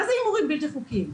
מה זה הימורים בלתי חוקיים?